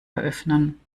eröffnen